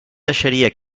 deixaria